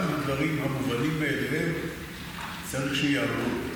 גם הדברים המובנים מאליהם, צריך שייאמרו.